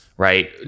right